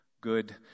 good